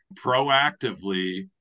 proactively